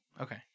Okay